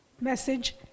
message